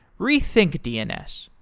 rethink dns,